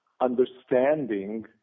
understanding